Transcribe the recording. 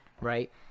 right